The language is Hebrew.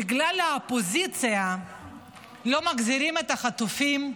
בגלל האופוזיציה לא מחזירים את החטופים?